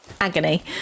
Agony